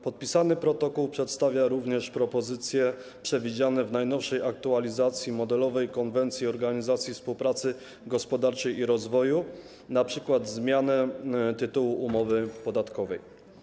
Podpisany protokół przedstawia również propozycje przewidziane w najnowszej aktualizacji Modelowej Konwencji Organizacji Współpracy Gospodarczej i Rozwoju, np. zmianę tytułu umowy podatkowej.